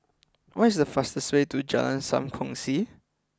what is the fastest way to Jalan Sam Kongsi